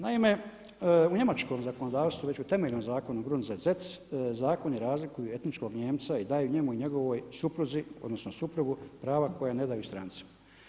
Naime u njemačkom zakonodavstvu već u temeljnom zakonu … zakoni razlikuju etičkog Nijemca i daju njemu i njegovoj supruzi, odnosno suprugu prava koja ne daju strancima.